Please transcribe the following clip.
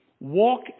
Walk